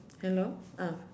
hello ah